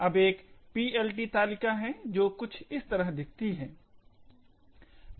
अब एक PLT तालिका है जो कुछ इस तरह दिखती हैं